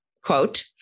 quote